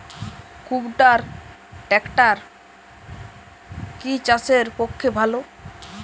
কুবটার ট্রাকটার কি চাষের পক্ষে ভালো?